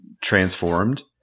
transformed